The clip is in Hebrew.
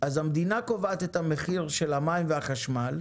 אז המדינה קובעת את המחיר של המים והחשמל,